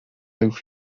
już